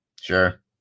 Sure